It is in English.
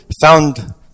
found